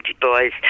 boys